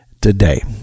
today